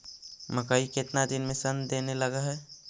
मकइ केतना दिन में शन देने लग है?